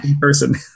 person